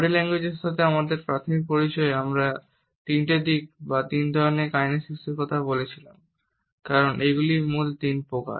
body ল্যাঙ্গুয়েজের সাথে আমার প্রাথমিক পরিচয়ে আমি তিনটি দিক বা তিন ধরনের কাইনেসিক্সের কথা বলেছিলাম কারণ এগুলিই মূল তিনটি প্রকার